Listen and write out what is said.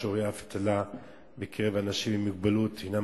בישראל שיעורי האבטלה בקרב אנשים עם מוגבלות הינם